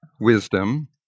wisdom